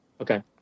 Okay